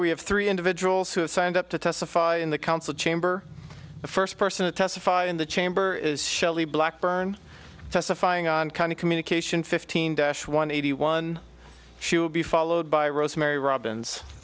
we have three individuals who have signed up to testify in the council chamber the first person to testify in the chamber is shelly black burn testifying on kind of communication fifteen dash one eighty one she will be followed by rosemary robins